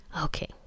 Okay